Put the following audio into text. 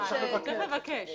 צריך לבקש.